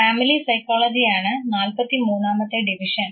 family psychology ആണ് നാല്പത്തി മൂന്നാമത്തെ ഡിവിഷൻ